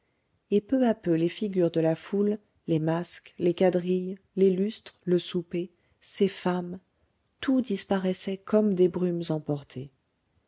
et peu à peu les figures de la foule les masques les quadrilles les lustres le souper ces femmes tout disparaissait comme des brumes emportées